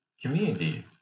community